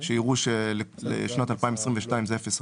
שיראו שלשנת 2022 זה 0 אחוז.